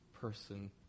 person